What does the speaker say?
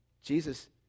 Jesus